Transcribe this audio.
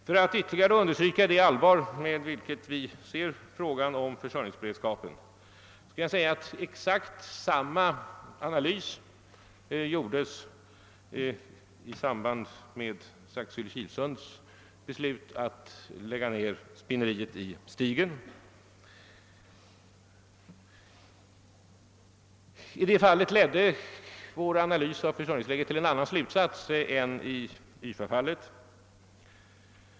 För att ytterligare understryka det allvar med vilket vi ser frågan om försörjningsberedskapen vill jag understryka att exakt samma typ av analys gjordes i samband med Saxylle—Kilsunds beslut att lägga ned spinneriet i Stigen. I det fallet ledde vår analys av försörjningsläget till en annan slutsats än i YFA-fallet.